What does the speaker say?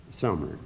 summer